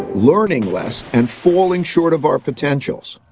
learning less, and falling short of our potentials.